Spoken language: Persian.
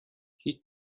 هیچ